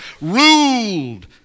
ruled